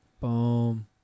Boom